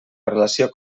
relació